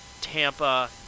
Tampa